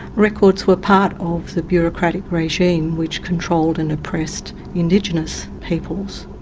records were part of the bureaucratic regime which controlled and oppressed indigenous peoples.